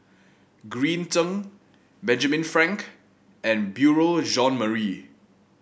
Green Zeng Benjamin Frank and Beurel Jean Marie